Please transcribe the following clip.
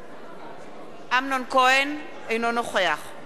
אינו נוכח יצחק כהן,